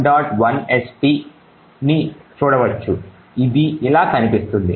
lst ని చూడవచ్చు ఇది ఇలా కనిపిస్తుంది